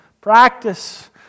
practice